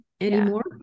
anymore